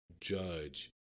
judge